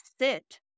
sit